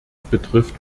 betrifft